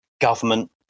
government